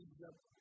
Egypt